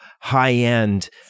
high-end